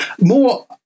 more